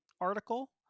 Article